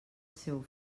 seu